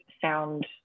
sound